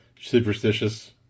superstitious